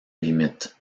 limites